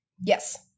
Yes